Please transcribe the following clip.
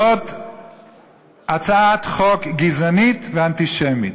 זאת הצעת חוק גזענית ואנטישמית,